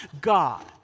God